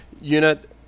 unit